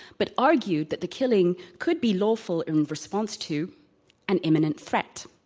but argued that the killing could be lawful in response to an imminent threat.